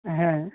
ᱦᱮᱸ